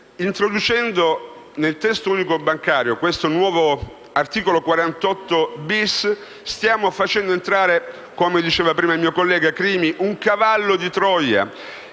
introducendo nel testo unico bancario il nuovo articolo 48-*bis*, stiamo facendo entrare - come ha detto il collega Crimi - un cavallo di Troia,